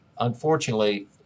unfortunately